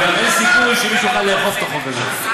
וגם אין סיכוי שמישהו יוכל לאכוף את החוק הזה.